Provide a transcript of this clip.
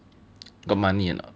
got money or not